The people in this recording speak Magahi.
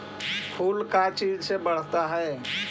फूल का चीज से बढ़ता है?